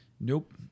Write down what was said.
Nope